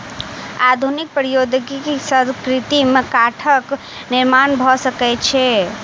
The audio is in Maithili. आधुनिक प्रौद्योगिकी सॅ कृत्रिम काठक निर्माण भ सकै छै